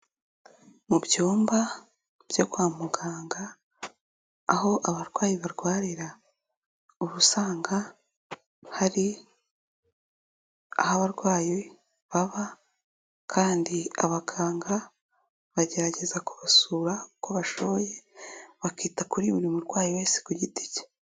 Mu byumba byo kwa muganga aho abarwayi barwarira uba usanga hari aho abarwayi baba kandi abaganga bagerageza kubasura uko bashoboye, bakita kuri buri murwayi wese ku giti ke.